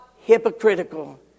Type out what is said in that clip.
hypocritical